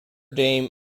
dame